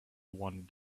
wanted